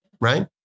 right